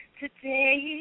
today